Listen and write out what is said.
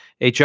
HR